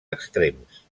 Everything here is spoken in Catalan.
extrems